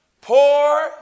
poor